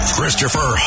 Christopher